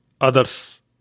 others